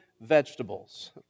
vegetables